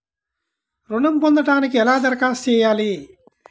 ఋణం పొందటానికి ఎలా దరఖాస్తు చేయాలి?